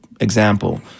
example